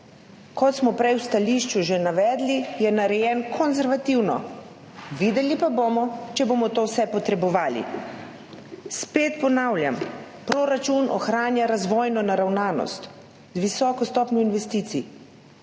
Kot smo prej v stališču že navedli, je narejen konservativno, videli pa bomo, če bomo to vse potrebovali. Spet ponavljam – proračun ohranja razvojno naravnanost z visoko stopnjo investicij,